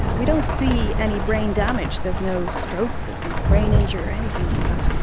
ah we don't see any brain damage, there's no stroke, there's no brain injury or anything like that.